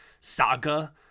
saga